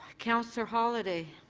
councillor holyday,